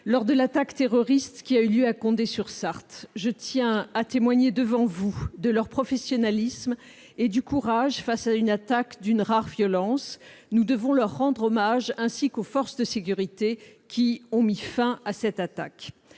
lors de l'attaque terroriste qui a eu lieu à Condé-sur-Sarthe. Je tiens à témoigner devant vous de leur professionnalisme et de leur courage face à une attaque d'une rare violence ; nous devons leur rendre hommage, ainsi qu'aux forces de sécurité qui ont mis fin à cette attaque.